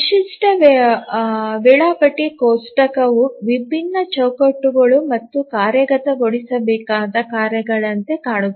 ವಿಶಿಷ್ಟ ವೇಳಾಪಟ್ಟಿ ಕೋಷ್ಟಕವು ವಿಭಿನ್ನ ಚೌಕಟ್ಟುಗಳು ಮತ್ತು ಕಾರ್ಯಗತಗೊಳಿಸಬೇಕಾದ ಕಾರ್ಯಗಳಂತೆ ಕಾಣುತ್ತದೆ